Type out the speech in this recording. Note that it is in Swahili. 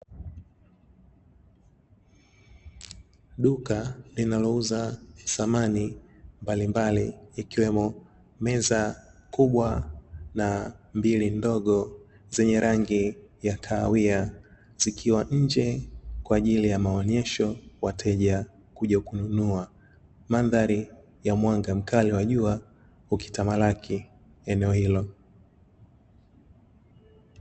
Duka linalouza samani mbalimbali ikiwemo meza kubwa na mbili ndogo, zenye rangi ya kahawia zikiwa nje kwa ajili ya maonyesho wateja kuja kununua. Mandhari ya mwanga mkali wa jua ukitamalaki eneo hilo.